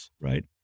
right